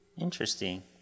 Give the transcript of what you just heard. Interesting